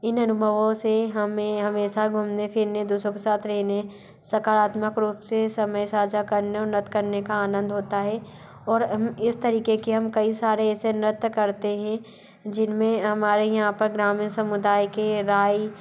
इन अनुभवों से हमें हमेशा घूमने फिरने दूसरों के साथ रहने सकारात्मक रूप से समय साझा करने उन्नत करने का आनंद होता है और इस तरीक़े के हम कई सारे एसे नृत्य करते हैं जिन में हमारे यहाँ पर ग्रामीण समूदाय के राय